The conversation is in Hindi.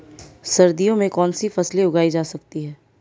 सर्दियों में कौनसी फसलें उगाई जा सकती हैं?